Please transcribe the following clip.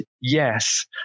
yes